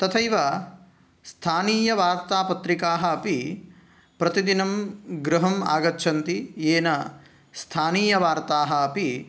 तथैव स्थानीयवार्तापत्रिकाः अपि प्रतिदिनं गृहम् आगच्छन्ति येन स्थानीयवार्ताः अपि